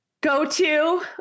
go-to